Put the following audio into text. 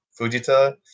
Fujita